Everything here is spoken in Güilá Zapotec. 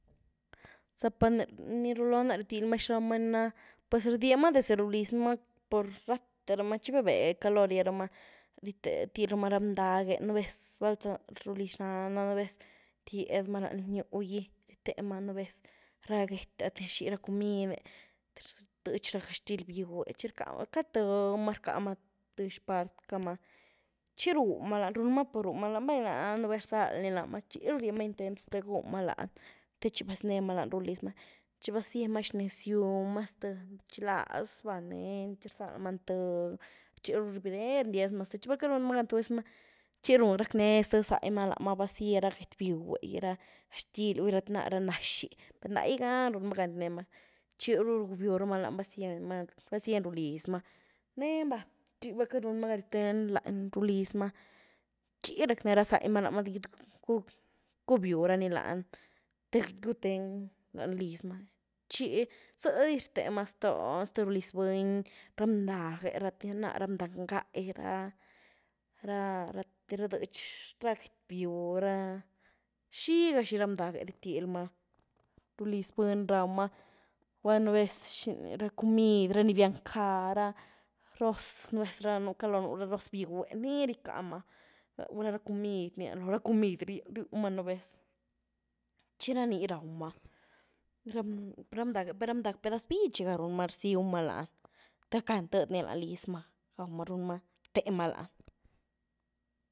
Zapá ni ruúlohná xina ríétilymaa xi raumaa ni na pues rdiemaa dezde rúlizmaa por rateramaa chi bebeéh caló ríéramaa ríétilyramaa ra mdag'e nubéz bal zá rúliz xnana nubéz riedymaa lanyí nyúh gí, ríétemaa nubéz ra get'e latï rzhi ra cumid'e, lad rtïéch ra gaxtily bihue chi rcá cad tïémaa rcamaan tïé xpart'camaa, chi rumaa lan, runmaa por rumaa lan, bai lan nubéz rzalni lamaa chiru ríemaa intent' ztïé té gúmaa lan, techi bazinemaa lan rúlizmaa, chi baziemaa xnezyumaa ztïé chilaz bá, nenyi rzamaa tïé, chiru rbieré ztïé, chi bal queity runmaa gan tuz ma chi rac' né zaímaa lamaa gíé ra get bihue ga, ra gaxtily gula lad ná ra nazhi, per ndai'í gan runmaa gan ríenemaa chi rdubiuramaa lan baziemaa, bazién rúlizmaa, nenyën bá, bal queity runmaa gan ryuten lanyí lizmaa chi rac' né ra zaímaa lamaa té cubiurani lan te gyutèn lanyín lizmaa chi ziëdyz rtémaa zton, ztoo ruliz buny, ra mdag'e ra, lad ná ra mdag n'ga i'ra, ra-ra ni riediech ra get bihue, ra, xiga xi ra mdag'ei ríétilymaa. Ruliz buny raumaa, gula nubéz xi ra cumid ra ni biánca, gula rroz, gula nubéz ranú caló nu ra rroz bihúé, ni ricamaa, gula ra cumid nyá, gula lo ra cumid ryumaa nubéz chi raní raumaa, ra mdag'e per ra mdag pedaz bichiga runmaa, rzieumaa lan té gac' gan tiedyni lanyí lizmaa. Gauramaa, rtémaa lan.